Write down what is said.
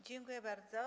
Dziękuję bardzo.